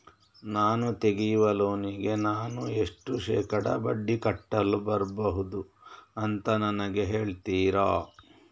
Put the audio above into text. ನಾನು ತೆಗಿಯುವ ಲೋನಿಗೆ ನಾನು ಎಷ್ಟು ಶೇಕಡಾ ಬಡ್ಡಿ ಕಟ್ಟಲು ಬರ್ಬಹುದು ಅಂತ ನನಗೆ ಹೇಳ್ತೀರಾ?